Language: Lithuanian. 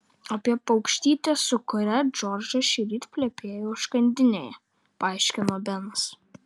apie paukštytę su kuria džordžas šįryt plepėjo užkandinėje paaiškino benas